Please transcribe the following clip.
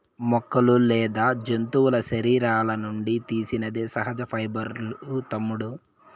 మొక్కలు లేదా జంతువుల శరీరాల నుండి తీసినది సహజ పైబర్లూ తమ్ముడూ